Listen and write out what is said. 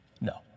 No